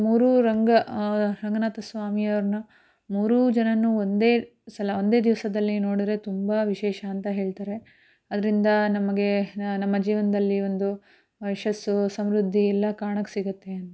ಮೂರು ರಂಗ ರಂಗನಾಥ ಸ್ವಾಮಿ ಅವ್ರನ್ನ ಮೂರು ಜನರೂ ಒಂದೇ ಸಲ ಒಂದೇ ದಿವಸದಲ್ಲಿ ನೋಡ್ದ್ರೆ ತುಂಬ ವಿಶೇಷ ಅಂತ ಹೇಳ್ತಾರೆ ಅದರಿಂದ ನಮಗೆ ನಮ್ಮ ಜೀವನದಲ್ಲಿ ಒಂದು ಯಶಸ್ಸು ಸಮೃದ್ಧಿ ಎಲ್ಲ ಕಾಣೋಕೆ ಸಿಗುತ್ತೆ ಅಂತ